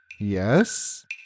Yes